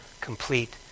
complete